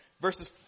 verses